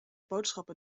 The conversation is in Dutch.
boodschappen